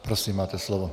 Prosím, máte slovo.